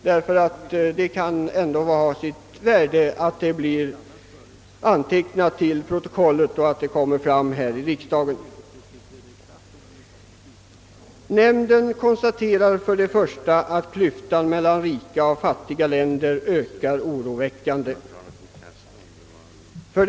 Det kan ha sitt värde att det blir antecknat till protokollet. 1) Nämnden konstaterar att klyftan mellan rika och fattiga länder ökar oroväckande.